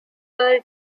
per